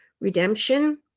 redemption